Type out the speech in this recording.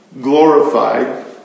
glorified